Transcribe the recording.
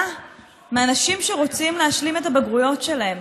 מאנשים שרוצים להשלים את הבגרויות שלהם?